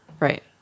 Right